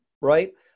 right